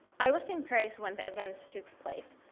i was in paris when the events took place,